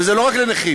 וזה לא רק לנכים: